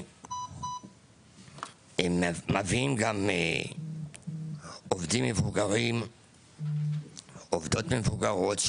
שמביאים גם עובדים מבוגרים ועובדות מבוגרות,